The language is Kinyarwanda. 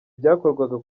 byakorwaga